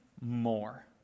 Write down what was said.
more